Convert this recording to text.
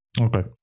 Okay